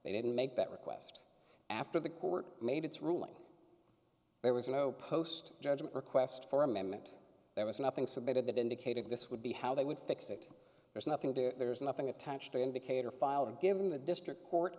they didn't make that request after the court made its ruling there was no post judgment request for amendment there was nothing submitted that indicated this would be how they would fix it there's nothing there's nothing attached to indicate or filed and given the district court